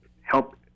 help